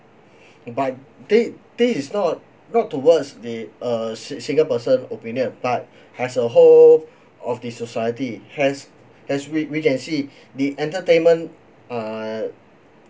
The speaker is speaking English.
but that that is not not towards the a single person opinion but as a whole of the society has as we we can see the entertainment uh